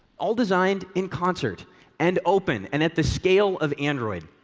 all designed in concert and open and at the scale of android.